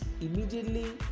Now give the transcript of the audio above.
immediately